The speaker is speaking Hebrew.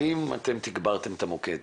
האם תיגברתם את המוקד